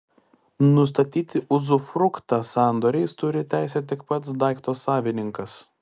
nustatyti uzufruktą sandoriais turi teisę tik pats daikto savininkas